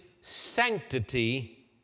sanctity